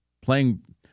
playing